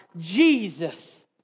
Jesus